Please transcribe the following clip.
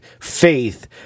faith